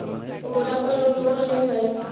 ओरापर लोन लेवै?